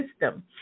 system